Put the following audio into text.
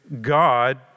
God